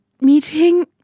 Meeting